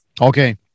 Okay